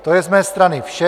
To je z mé strany vše.